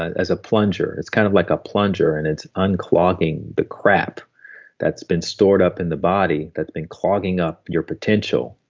as a plunger. it's kind of like a plunger, and it's unclogging the crap that's been stored up in the body that's been clogging up your potential.